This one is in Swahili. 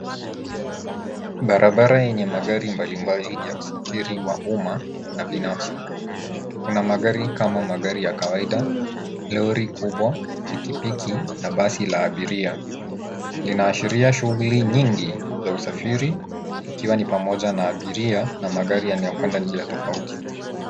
Barabara yenye magari mengi ya usafiri wa umma, na binafsi. Kuna magari kama magari ya kawaida, lori kubwa, pikipiki, na basi la abiria, linaashiria shughuli nyingi za usafiri, ikiwa ni pamoja na abiria, na magari yanayokwenda njia tofauti.